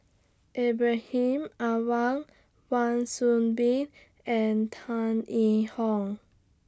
Ibrahim Awang Wan Soon Bee and Tan Yee Hong